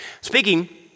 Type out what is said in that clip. Speaking